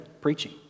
preaching